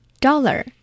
dollar